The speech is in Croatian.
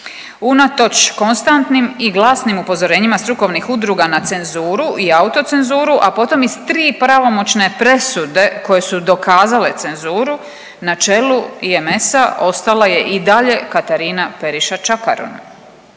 Unatoč konstantnim i glasnim upozorenjima strukovnih udruga na cenzuru i autocenzuru, a potom i s tri pravomoćne presude koje su dokazale cenzuru na čelu je Mesa, ostala je i dalje Katarina Periša Čakarun.